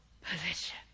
position